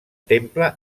temple